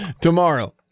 tomorrow